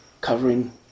Covering